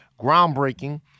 Groundbreaking